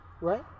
right